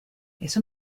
eso